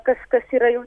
kažkas yra jau